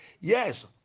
Yes